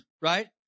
right